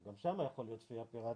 גם שם יכולה להיות צפייה פיראטית.